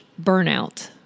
burnout